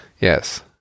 Yes